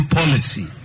policy